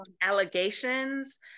allegations